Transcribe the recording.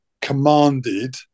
commanded